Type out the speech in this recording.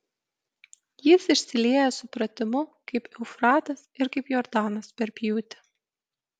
jis išsilieja supratimu kaip eufratas ir kaip jordanas per pjūtį